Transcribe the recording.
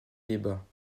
débats